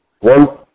One